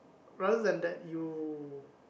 rather than that you